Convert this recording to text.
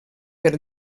per